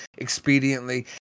expediently